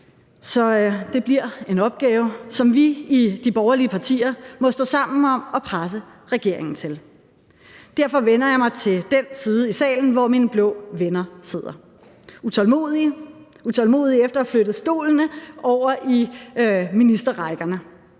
så det bliver en opgave, som vi i de borgerlige partier må stå sammen om og presse regeringen til. Derfor vender jeg mig til den side af salen, hvor mine blå venner sidder – utålmodige efter at flytte over på stolene i ministerrækkerne.